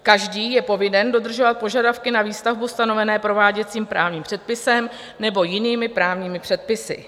Každý je povinen dodržovat požadavky na výstavbu stanovené prováděcím právním předpisem nebo jinými právními předpisy.